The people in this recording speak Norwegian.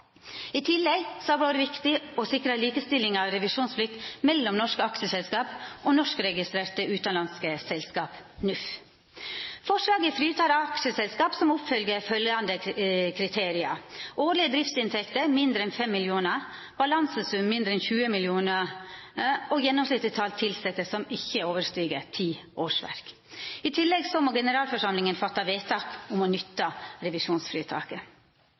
I tillegg har det vore viktig å sikra likestilling mellom norske aksjeselskap og norskregistrerte utanlandske selskap, NUF, når det gjeld revisjonsplikta. Forslaget fritek aksjeselskap som oppfyller følgjande kriterium: årlege driftsinntekter mindre enn 5 mill. kr balansesum mindre enn 20 mill. kr gjennomsnittleg tal på tilsette som ikkje overstig ti årsverk I tillegg må generalforsamlinga gjera vedtak om å nytta